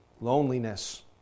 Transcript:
loneliness